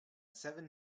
seven